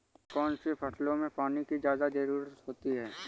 कौन कौन सी फसलों में पानी की ज्यादा ज़रुरत होती है?